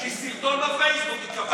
בשביל סרטון בפייסבוק התקפלת.